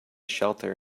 shelter